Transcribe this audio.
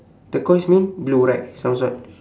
turquoise mean blue right some sort